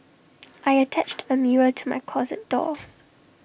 I attached A mirror to my closet door